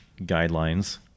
guidelines